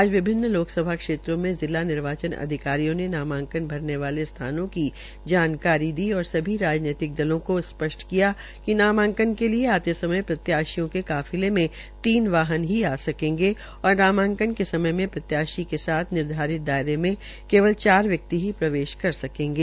आज विभिन्न लोकसभा क्षेत्रों में जिला निर्वाचन अधिकारियों ने नामांकन भरने वाले स्थानों की जानकारियां दी और सभी राजनैतिक दलों को स्पष्ट किया कि नामांकन के लिये आते समय प्रत्याशियों के काफिले में तीन वाहन ही आ सकेंगे और नामांकन के समय में प्रत्याशी के साथ निर्धारित दायरे में केवल चार व्यक्ति की प्रवेश कर सकेंगे